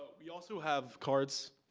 we also have cards,